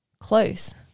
close